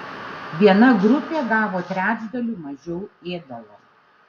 viena grupė gavo trečdaliu mažiau ėdalo